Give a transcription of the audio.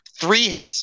three